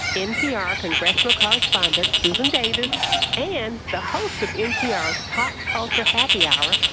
npr congressional correspondent susan davis and the host of npr's pop culture happy hour,